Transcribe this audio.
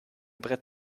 brett